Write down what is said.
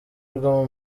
rwo